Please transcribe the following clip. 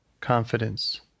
confidence